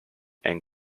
and